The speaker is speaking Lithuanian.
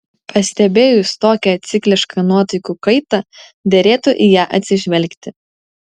pastebėjus tokią ciklišką nuotaikų kaitą derėtų į ją atsižvelgti